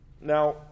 Now